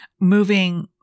moving